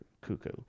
cuckoo